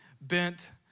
bent